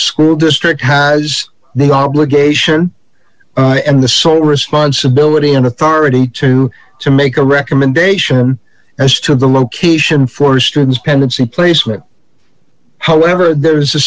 school district has the obligation and the sole responsibility and authority to make a recommendation as to the location for students pendency placement however there is a